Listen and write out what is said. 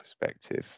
perspective